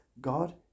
God